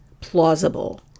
plausible